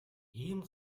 ийм